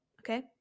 okay